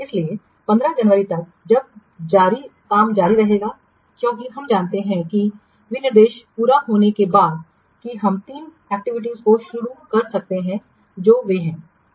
इसलिए 15 जनवरी तक यह जारी रहेगा क्योंकि हम जानते हैं कि विनिर्देश पूरा होने के बाद ही हम 3 गतिविधियों को शुरू कर सकते हैं जो वे हैं